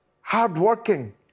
hardworking